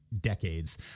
decades